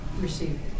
Receive